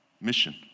mission